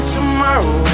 Tomorrow